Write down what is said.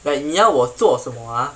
like 你要我做什么啊